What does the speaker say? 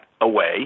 away –